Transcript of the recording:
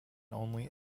only